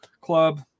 club